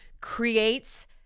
creates